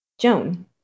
Joan